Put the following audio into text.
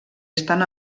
estan